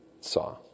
saw